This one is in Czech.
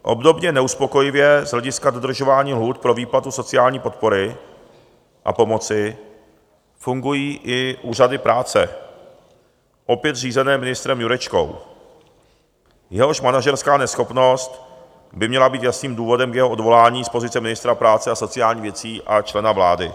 Obdobně neuspokojivě z hlediska dodržování lhůt pro výplatu sociální podpory a pomoci fungují i úřady práce opět řízené ministrem Jurečkou, jehož manažerská neschopnost by měla být jasným důvodem k jeho odvolání z pozice ministra práce a sociálních věcí a člena vlády.